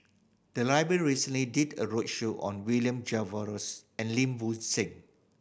the library recently did a roadshow on William Jervois and Lim Bo Seng